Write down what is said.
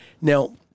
Now